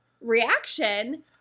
reaction